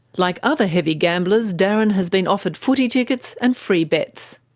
like other heavy gamblers, darren has been offered footy tickets and free bets.